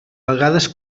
vegades